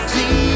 See